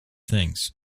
things